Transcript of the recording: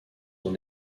dans